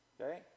okay